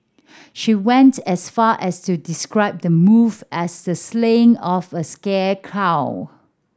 she went as far as to describe the move as the slaying of a sacred cow